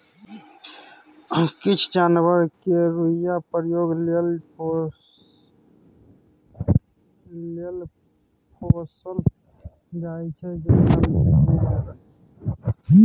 किछ जानबर केँ रोइयाँ प्रयोग लेल पोसल जाइ छै जेना भेड़